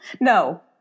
No